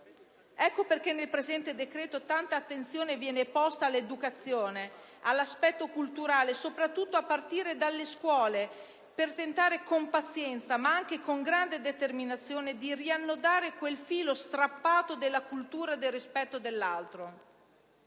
Ecco perché nel presente decreto tanta attenzione viene posta all'educazione, all'aspetto culturale, soprattutto a partire dalle scuole per tentare con pazienza, ma anche con grande determinazione, di riannodare il filo strappato della cultura del rispetto dell'altro.